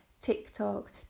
TikTok